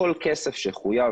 כל כסף שחויב,